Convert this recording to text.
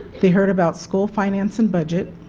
they heard about school finance and budget,